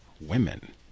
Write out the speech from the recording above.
women